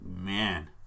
Man